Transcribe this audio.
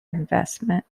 investment